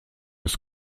des